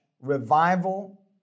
revival